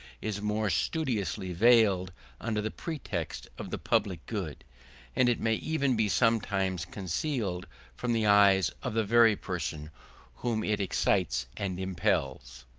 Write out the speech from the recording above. is more studiously veiled under the pretext of the public good and it may even be sometimes concealed from the eyes of the very persons whom it excites and impels.